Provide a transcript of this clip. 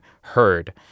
heard